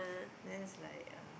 then is like uh